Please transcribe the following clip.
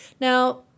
Now